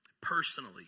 personally